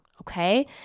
okay